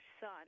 son